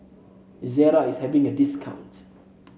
Ezerra is having a discount